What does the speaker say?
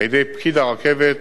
על-ידי פקיד הרכבת